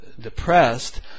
Depressed